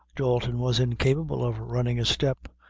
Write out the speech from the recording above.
dalton was incapable of running a step,